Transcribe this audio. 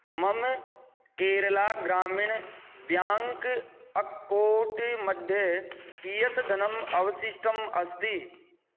मम केरलः ग्रामीणः ब्याङ्क् अक्कोट्मध्ये कियत् धनम् अवशिष्टम् अस्ति